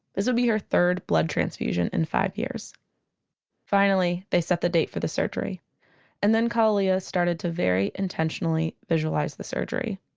this would be her third blood transfusion in five years finally, they set the date for the surgery and then kalalea started to very intentionally visualize the surgery